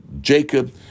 Jacob